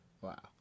wow